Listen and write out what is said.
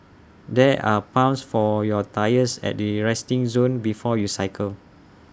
there are pumps for your tyres at the resting zone before you cycle